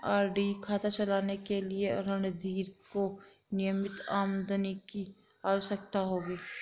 RD खाता चलाने के लिए रणधीर को नियमित आमदनी की आवश्यकता होगी